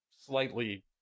slightly